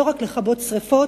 לא רק לכבות שרפות,